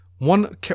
One